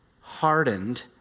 hardened